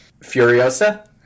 Furiosa